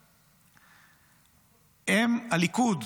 שהם, הליכוד,